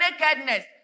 nakedness